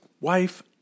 wife